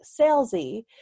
salesy